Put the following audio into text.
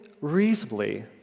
reasonably